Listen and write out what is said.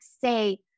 say